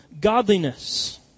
godliness